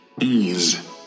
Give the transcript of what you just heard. Ease